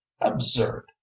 absurd